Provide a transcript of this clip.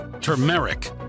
turmeric